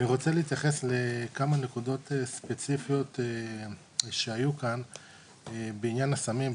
אני רוצה להתייחס לכמה נקודות ספציפיות שהיו כאן בעניין הסמים,